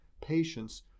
patients